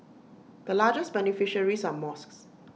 the largest beneficiaries are mosques